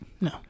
No